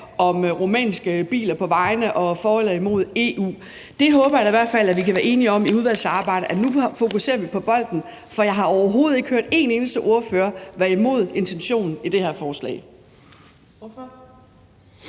om rumænske biler på vejene og for eller imod EU. Det håber jeg da i hvert fald at vi kan være enige om i udvalgsarbejdet, altså at nu fokuserer vi på bolden, for jeg har overhovedet ikke hørt en eneste ordfører være imod intentionen i det her forslag.